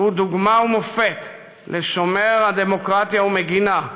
שהוא דוגמה ומופת לשומר הדמוקרטיה ומגינה,